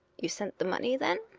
you sent the money, then.